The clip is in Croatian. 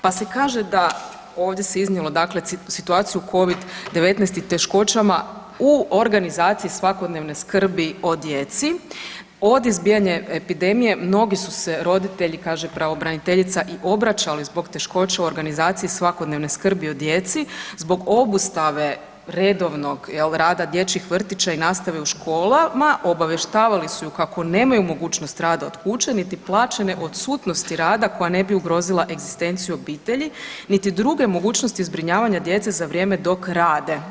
Pa se kaže da ovdje se iznijelo situaciju covid-19 i teškoćama u organizaciji svakodnevne skrbi o djeci, od izbijanja epidemije mnogi su se roditelji kaže pravobraniteljica i obraćali zbog teškoća u organizaciji svakodnevne skrbi o djeci zbog obustave redovnog rada dječjih vrtića i nastave u školama, obavještavali su ju kako nemaju mogućnost rada od kuće niti plaćene odsutnosti rada koja ne bi ugrozila egzistenciju obitelji niti druge mogućnosti zbrinjavanja djece za vrijeme dok rade.